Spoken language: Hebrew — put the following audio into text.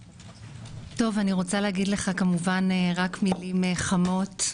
אני רוצה להגיד לך כמובן רק מילים חמות.